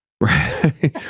Right